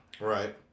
Right